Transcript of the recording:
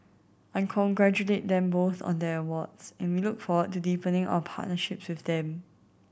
I congratulate them both on their awards in look forward to deepening our partnership with them